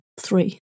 three